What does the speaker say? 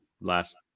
last